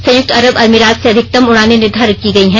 संयुक्त अरब अमारात से अधिकतम उडानें निर्धारित की गई हैं